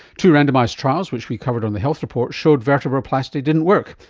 two randomised trials which we covered on the health report showed vertebroplasty didn't work,